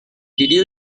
you